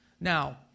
Now